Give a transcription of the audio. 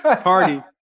party